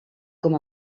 com